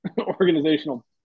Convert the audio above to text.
organizational